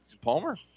Palmer